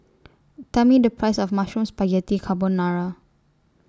Tell Me The Price of Mushroom Spaghetti Carbonara